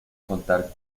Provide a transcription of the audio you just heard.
contar